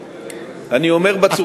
אני אומר בצורה,